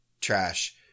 trash